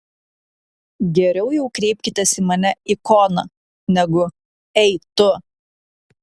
geriau jau kreipkitės į mane ikona negu ei tu